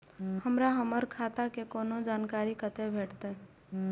हमरा हमर खाता के कोनो जानकारी कतै भेटतै?